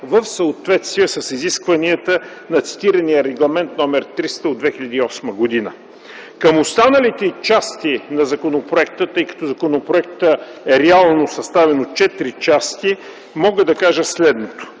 в съответствие с изискванията на цитирания Регламент № 300 от 2008 г. Към останалите части на законопроекта, тъй като законопроектът реално е съставен от четири части, мога да кажа следното.